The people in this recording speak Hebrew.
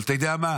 אבל אתה יודע מה,